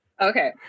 Okay